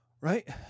right